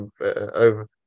over